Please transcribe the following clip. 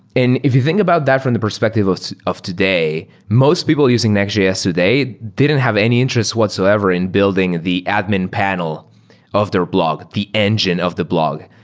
if you think about that from the perspective of of today, most people using nextjs today didn't have any interest whatsoever in building the admin panel of their blog, the engine of the blog.